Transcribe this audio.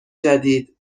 جدید